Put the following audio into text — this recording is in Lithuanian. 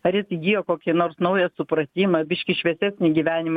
ar jis įgijo kokį nors naują supratimą biškį šviesesnį gyvenimą